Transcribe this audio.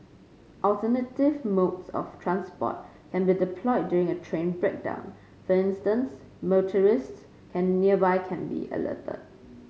alternative modes of transport can be deployed during a train breakdown for instance motorists can nearby can be alerted